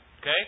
Okay